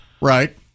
right